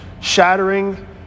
shattering